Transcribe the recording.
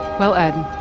well, ed.